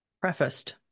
prefaced